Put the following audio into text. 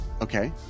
Okay